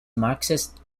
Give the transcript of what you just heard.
marxist